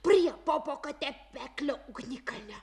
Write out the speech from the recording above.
prie popo katepeklio ugnikalnio